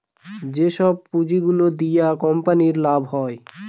যেসব পুঁজি গুলো দিয়া কোম্পানির লাভ হয়